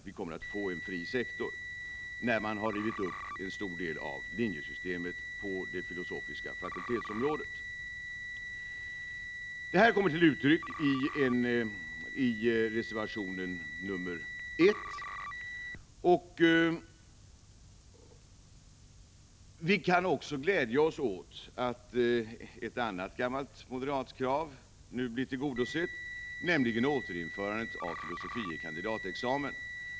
Vi kommer att få en fri sektor, när man har rivit upp en stor del av linjesystemet på det filosofiska fakultetsområdet. Detta kommer till uttryck i reservation nr 1. Vi kan också glädja oss åt att ett annat gammalt moderat krav nu blir tillgodosett, nämligen kravet på ett återinförande av filosofie kandidatexamen.